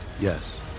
Yes